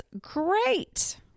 great